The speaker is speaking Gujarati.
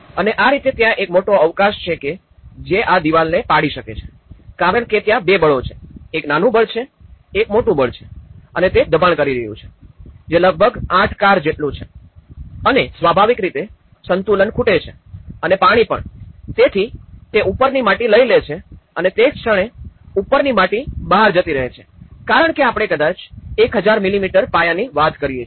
અને આ રીતે ત્યાં એક મોટો અવકાશ છે કે જે આ દિવાલ પાડી શકે છે કારણ કે ત્યાં બે દળો છે એક નાનું બળ છે એક મોટું બળ છે અને તે દબાણ કરી રહ્યું છે જે લગભગ ૮ કાર જેટલું છે અને સ્વાભાવિક રીતે સંતુલન ખૂટે છે અને પાણી પણ તેથી તે ઉપરની માટી લઇ લે છે અને તે જ ક્ષણે ઉપરની માટી બહાર જતી રહે છે કારણ કે આપણે કદાચ ૧૦૦૦ મીમી પાયાની વાત કરીયે છીએ